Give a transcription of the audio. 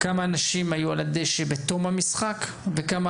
כמה אנשים היו על הדשא בתום המשחק וכמה